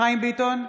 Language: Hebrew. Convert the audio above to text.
חיים ביטון,